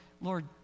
Lord